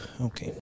Okay